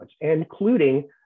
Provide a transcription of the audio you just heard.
including